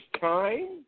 time